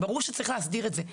ברור שצריך להסדיר את זה,